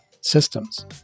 systems